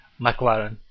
McLaren